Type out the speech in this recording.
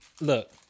Look